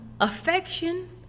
affection